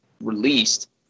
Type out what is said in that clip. released